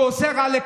שעושה רע לחקלאים,